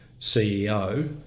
CEO